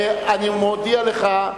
אני מודיע לך,